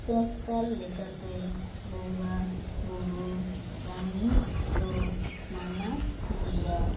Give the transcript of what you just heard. ᱥᱟᱱᱥᱠᱟᱨ ᱞᱮᱠᱟᱛᱮ ᱵᱚᱸᱜᱟ ᱵᱳᱨᱳ ᱠᱟᱹᱢᱤ ᱫᱚ ᱢᱟᱱᱟ ᱜᱤᱭᱟ